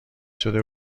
شده